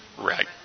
Right